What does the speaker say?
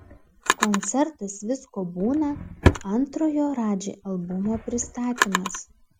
koncertas visko būna antrojo radži albumo pristatymas